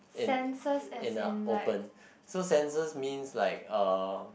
in in the open so sensor means like uh